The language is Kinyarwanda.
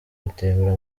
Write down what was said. gutembera